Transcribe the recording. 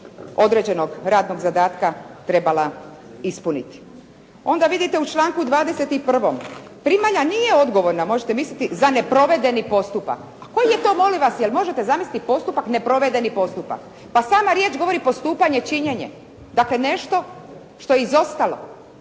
određenog radnog zadatka trebala ispuniti. Onda vidite u članku 21. primalja nije odgovorna, možete misliti, za neprovedeni postupak. Koji je to, molim vas, je li možete zamisliti postupak, neprovedeni postupak? Pa sama riječ govori postupanje, činjenje. Dakle, nešto što je izostalo.